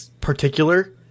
particular